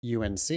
UNC